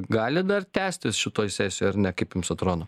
gali dar tęstis šitoj sesijoj ar ne kaip jums atrodo